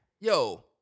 Yo